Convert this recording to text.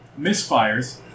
misfires